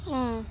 ও